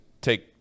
take